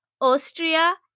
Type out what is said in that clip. Austria